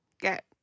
get